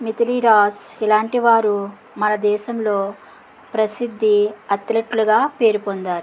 మిథాలీ రాజ్ ఇలాంటివారు మనదేశంలో ప్రసిద్ధ అథ్లెట్లుగా పేరుపొందారు